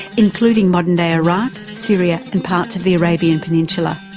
including modern-day iraq, syria, and parts of the arabian peninsula.